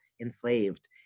enslaved